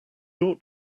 ought